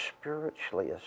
spiritually